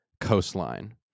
coastline